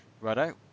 Righto